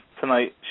tonight